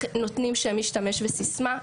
נותנים שם משתמש וסיסמה.